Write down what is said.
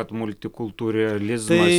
kad multikultūralizmas